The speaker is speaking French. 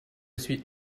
suis